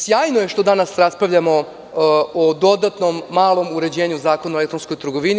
Sjajno je što danas raspravljamo o dodatnom malom uređenju Zakona o elektronskoj trgovini.